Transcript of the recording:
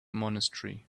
monastery